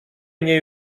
mnie